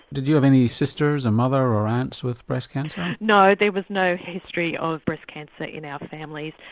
did you have any sisters, a mother or aunts with breast cancer? no, there was no history of breast cancer in our family.